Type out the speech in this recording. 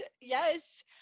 yes